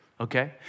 okay